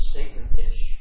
Satan-ish